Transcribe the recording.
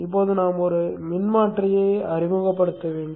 இப்போது நாம் ஒரு மின்மாற்றியை அறிமுகப்படுத்த வேண்டும்